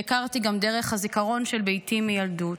והכרתי גם דרך הזיכרון של ביתי מילדות.